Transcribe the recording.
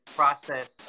process